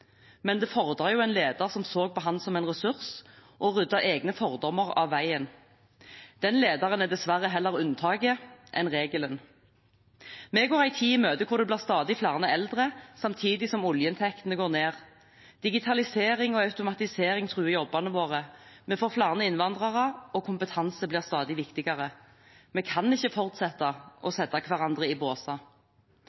Men det fordret en leder som så på ham som en ressurs, og ryddet egne fordommer av veien. Den lederen er dessverre heller unntaket enn regelen. Vi går en tid i møte hvor det blir stadig flere eldre, samtidig som oljeinntektene går ned. Digitalisering og automatisering truer jobbene våre, vi får flere innvandrere, og kompetanse blir stadig viktigere. Vi kan ikke fortsette å